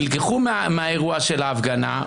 נלקחו מהאירוע של ההפגנה,